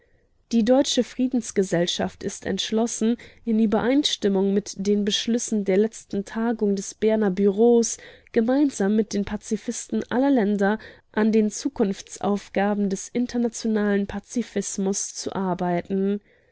die deutsche friedensgesellschaft ist entschlossen in übereinstimmung mit den beschlüssen der letzten tagung des berner bureaus gemeinsam mit den pazifisten aller länder an den zukunftsaufgaben des internationalen pazifismus zu arbeiten